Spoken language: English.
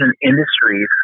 Industries